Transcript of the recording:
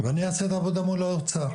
אני אעשה את העבודה מול האוצר,